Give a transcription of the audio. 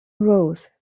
rose